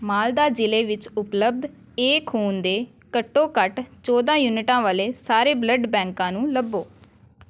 ਮਾਲਦਾਹ ਜ਼ਿਲ੍ਹੇ ਵਿੱਚ ਉਪਲਬਧ ਏ ਖੂਨ ਦੇ ਘੱਟੋ ਘੱਟ ਚੌਦ੍ਹਾਂ ਯੂਨਿਟਾਂ ਵਾਲੇ ਸਾਰੇ ਬਲੱਡ ਬੈਂਕਾਂ ਨੂੰ ਲੱਭੋ